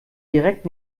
direkt